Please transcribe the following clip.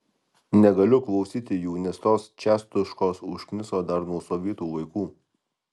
negaliu klausyti jų nes tos čiastuškos užkniso dar nuo sovietų laikų